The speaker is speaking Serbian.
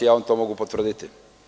Ja vam to mogu potvrditi.